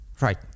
Right